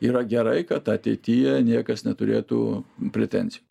yra gerai kad ateityje niekas neturėtų pretenzijų